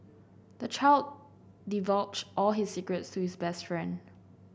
the child divulged all his secrets to his best friend